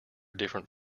different